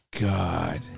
God